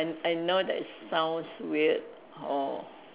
I I know that it sounds weird or